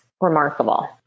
remarkable